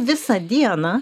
visą dieną